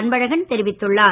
அன்பழகன் தெரிவித்துள்ளார்